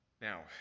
Now